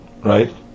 right